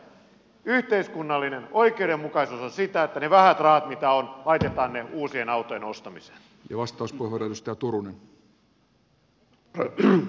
tätäkö te todella ajatte että yhteiskunnallinen oikeudenmukaisuus on sitä että ne vähät rahat mitä on laitetaan uusien autojen ostamiseen